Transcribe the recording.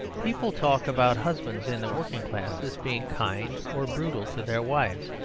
people talk about husbands in the working-classes being kind or brutal to their wives,